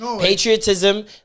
patriotism